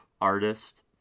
Artist